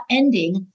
ending